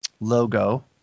logo